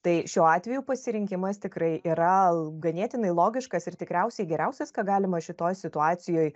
tai šiuo atveju pasirinkimas tikrai yra ganėtinai logiškas ir tikriausiai geriausias ką galima šitoj situacijoj